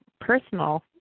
personal